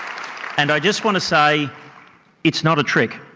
and i just want to say it's not a trick.